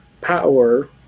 power